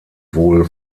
wohl